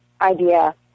idea